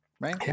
right